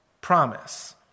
promise